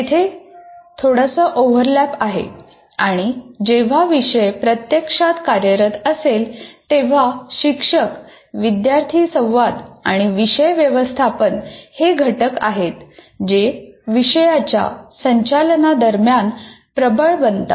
तेथे थोडासा ओव्हरलॅप आहे आणि जेव्हा विषय प्रत्यक्षात कार्यरत असेल तेव्हा शिक्षक विद्यार्थी संवाद आणि विषय व्यवस्थापन हे घटक आहेत जे विषयाच्या संचालनादरम्यान प्रबळ बनतात